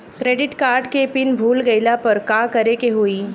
Credit card के PIN भूल गईला पर का करे के होई?